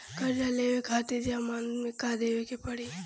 कर्जा लेवे खातिर जमानत मे का देवे के पड़ी?